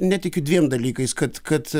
netikiu dviem dalykais kad kad